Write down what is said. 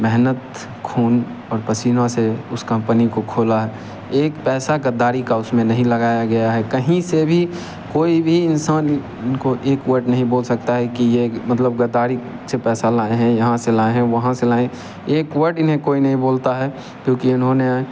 मेहनत खून और पसीना से उस कंपनी को खोला है एक पैसा गद्दारी का उसमें नहीं लगाया गया है कहीं से भी कोई भी इंसान उनको एक वर्ड नहीं बोल सकता है कि यह मतलब गद्दारी से पैसा लाए हैं यहाँ से लाए हैं वहाँ से लाए हैं एक वर्ड ये कोई नहीं बोलता है क्योंकि इन्होंने